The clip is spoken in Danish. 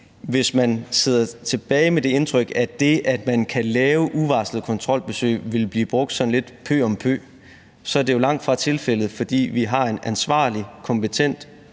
hvis man sidder tilbage med det indtryk, at det, at man kan lave uvarslede kontrolbesøg, vil blive brugt sådan lidt pø om pø, så er det jo langtfra tilfældet, fordi vi har en ansvarlig, kompetent